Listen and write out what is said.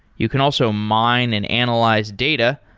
you can also mine and analyze data,